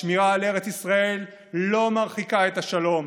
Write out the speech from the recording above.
השמירה על ארץ ישראל לא מרחיקה את השלום,